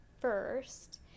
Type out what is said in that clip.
first